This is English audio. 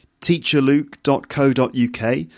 teacherluke.co.uk